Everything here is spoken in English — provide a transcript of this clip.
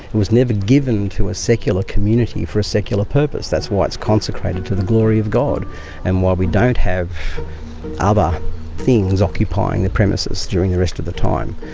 it was never given to a secular community for a secular purpose. that's why it's consecrated to the glory of god and why we don't have other things occupying the premises during the rest of the time.